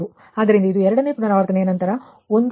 ಆದ್ದರಿಂದಇದು ಎರಡನೇ ಪುನರಾವರ್ತನೆಯ ನಂತರ 197